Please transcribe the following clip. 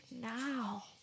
now